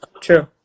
true